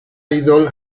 idol